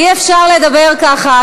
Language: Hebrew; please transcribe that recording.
אי-אפשר לדבר ככה,